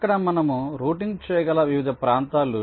ఇక్కడ మనము రౌటింగ్ చేయగల వివిధ ప్రాంతాలు